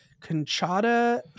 conchata